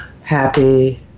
happy